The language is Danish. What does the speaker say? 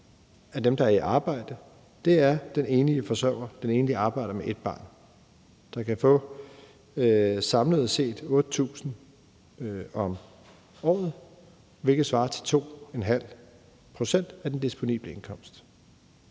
af deres disponible indkomst, den enlige forsørger, den enlige arbejder med et barn. De kan samlet set få 8.000 kr. om året, hvilket svarer til 2½ pct. af den disponible indkomst.